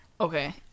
okay